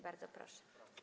Bardzo proszę.